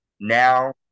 now